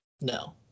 No